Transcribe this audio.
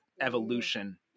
evolution